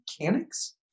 mechanics